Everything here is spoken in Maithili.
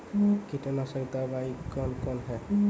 कीटनासक दवाई कौन कौन हैं?